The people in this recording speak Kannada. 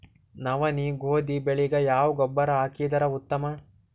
ನವನಿ, ಗೋಧಿ ಬೆಳಿಗ ಯಾವ ಗೊಬ್ಬರ ಹಾಕಿದರ ಉತ್ತಮ?